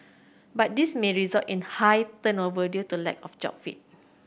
but this may result in high turnover due to lack of job fit